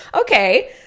okay